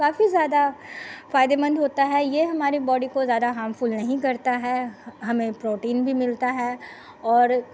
काफी ज्यादा फायदेमंद होता है ये हमारे बॉडी को ज्यादा हार्मफुल नहीं करता है ह हमें प्रोटीन भी मिलता है और